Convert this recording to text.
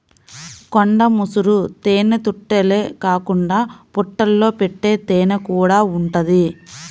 కొండ ముసురు తేనెతుట్టెలే కాకుండా పుట్టల్లో పెట్టే తేనెకూడా ఉంటది